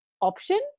option